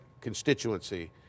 constituency